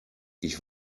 ich